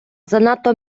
занадто